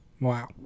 Wow